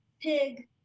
pig